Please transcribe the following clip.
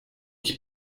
ich